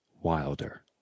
Wilder